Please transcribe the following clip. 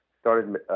started